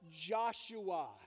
Joshua